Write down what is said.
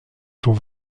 sont